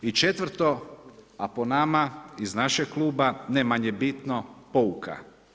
I četvrto, a po nama, iz našeg kluba, ne manje bitno, pouka.